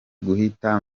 guhita